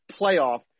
playoff